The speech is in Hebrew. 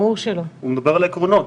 הוא מדבר על העקרונות.